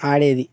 ఆడేది